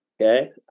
Okay